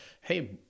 Hey